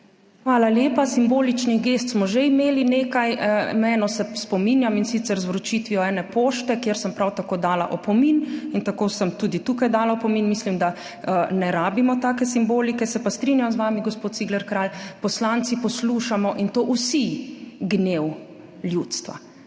Hvala lepa. Simboličnih gest smo že imeli nekaj. Ene se spominjam, in sicer z vročitvijo ene pošte, kjer sem prav tako dala opomin. In tako sem tudi tukaj dala opomin. Mislim, da ne rabimo take simbolike. Se pa strinjam z vami, gospod Cigler Kralj, poslanci poslušamo, in to vsi, gnev ljudstva